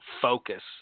focus